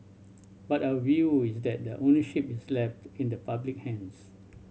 but our view is that the ownership is left in the public hands